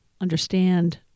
understand